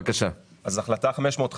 החלטה 550